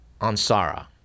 Ansara